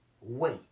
wait